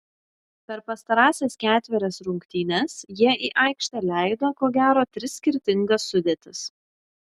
per pastarąsias ketverias rungtynes jie į aikštę leido ko gero tris skirtingas sudėtis